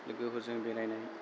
लोगोफोरजों बेरायनाय